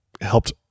helped